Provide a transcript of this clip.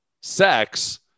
sex